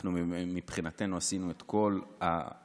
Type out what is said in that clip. אנחנו מבחינתנו עשינו את כל ההיערכויות,